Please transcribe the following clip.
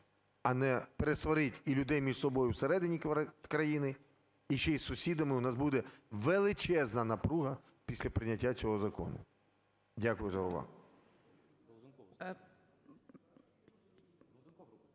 а не пересварити і людей між собою всередині країни, і ще із сусідами в нас буде величезна напруга після прийняття цього закону. Дякую за увагу.